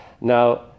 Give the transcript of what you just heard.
Now